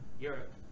Europe